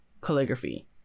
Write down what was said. calligraphy